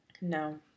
No